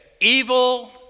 evil